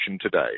today